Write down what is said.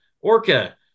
orca